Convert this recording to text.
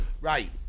Right